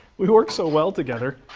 we work so well together,